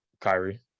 Kyrie